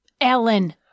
Ellen